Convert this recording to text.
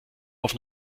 auf